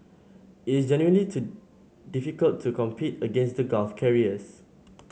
it's genuinely to difficult to compete against the Gulf carriers